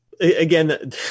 again